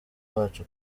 bacu